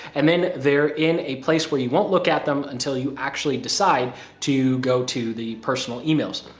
and then they're in a place where you won't look at them until you actually decide to go to the personal emails.